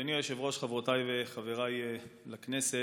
אדוני היושב-ראש, חברותיי וחבריי לכנסת,